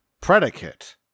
predicate